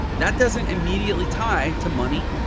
that doesn't immediately tie to money,